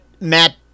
Matt